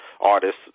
artists